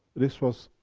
this was,